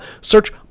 Search